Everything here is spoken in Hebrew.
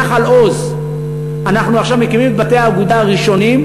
ובנחל-עוז אנחנו עכשיו כבר מקימים את בתי האגודה הראשונים,